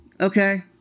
okay